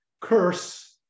curse